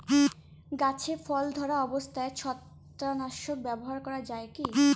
গাছে ফল ধরা অবস্থায় ছত্রাকনাশক ব্যবহার করা যাবে কী?